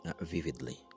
vividly